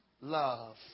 love